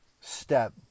step